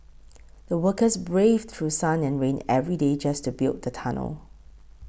the workers braved through sun and rain every day just to build the tunnel